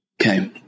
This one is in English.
Okay